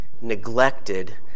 neglected